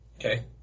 Okay